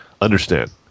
understand